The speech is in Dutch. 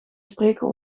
spreken